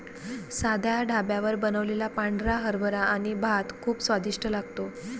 साध्या ढाब्यावर बनवलेला पांढरा हरभरा आणि भात खूप स्वादिष्ट लागतो